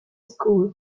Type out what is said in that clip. school